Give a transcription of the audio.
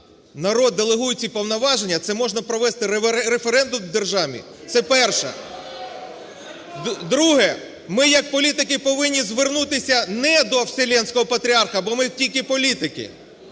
народ делегує ці повноваження, це можна провести референдум в державі. Це перше. Друге. Ми як політики повинні звернутися не до Вселенського Патріарха, бо ми тільки політики,